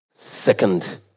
Second